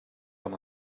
aan